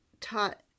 taught